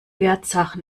wertsachen